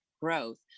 growth